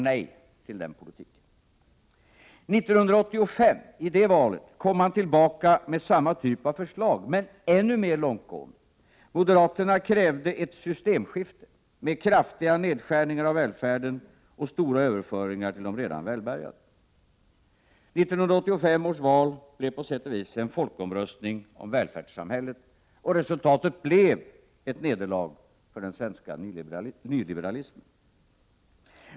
Inför valet 1985 kom de tillbaka med samma typ av förslag — men ännu mer långtgående. Moderaterna krävde ett ”systemskifte”, med kraftiga nedskärningar av välfärden och stora överföringar till de redan välbärgade. Valet blev till en folkomröstning om välfärdssamhället. Resultatet blev ett nederlag för den svenska nyliberalismen.